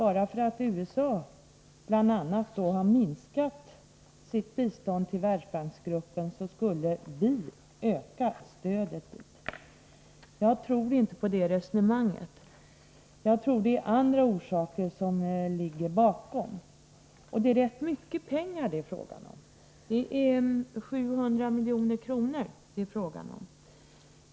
Bara för att bl.a. USA har minskat sitt bistånd till Världsbanksgruppen skulle vi, framhöll Sture Ericson, öka stödet dit. Jag tror inte på det resonemanget. Jag menar att det är andra orsaker som ligger bakom. Det är rätt mycket pengar som det är fråga om, nämligen 700 milj.kr.